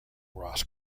ross